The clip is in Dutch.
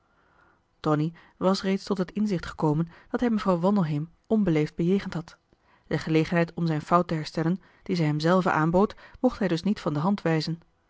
tonie was reeds tot het inzicht gekomen dat hij mevrouw wandelheem onbeleefd bejegend had de gelegenheid om zijn fout te herstellen die zij hem zelve aanbood mocht hij dus niet van de hand wijzen